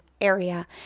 area